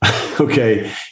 Okay